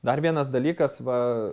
dar vienas dalykas va